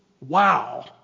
Wow